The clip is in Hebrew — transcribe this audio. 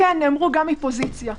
נאמרו גם מפוזיציה.